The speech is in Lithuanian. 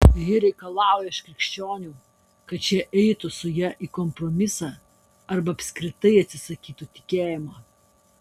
ji reikalauja iš krikščionių kad šie eitų su ja į kompromisą arba apskritai atsisakytų tikėjimo